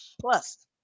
Plus